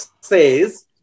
says